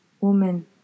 Woman